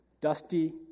dusty